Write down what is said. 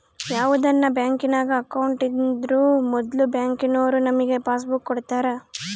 ಯಾವುದನ ಬ್ಯಾಂಕಿನಾಗ ಅಕೌಂಟ್ ಇದ್ರೂ ಮೊದ್ಲು ಬ್ಯಾಂಕಿನೋರು ನಮಿಗೆ ಪಾಸ್ಬುಕ್ ಕೊಡ್ತಾರ